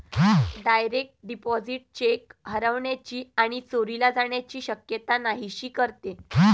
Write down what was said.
direct deposit check हरवण्याची आणि चोरीला जाण्याची शक्यता नाहीशी करते